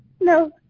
No